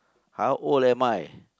how old am I